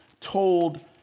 told